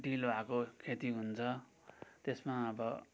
deal भएको खेती हुन्छ त्यसमा अब